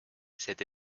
cette